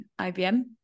IBM